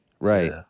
Right